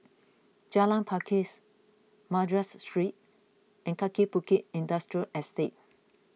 Jalan Pakis Madras Street and Kaki Bukit Industrial Estate